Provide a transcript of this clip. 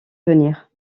venir